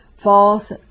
false